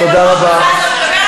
תודה רבה.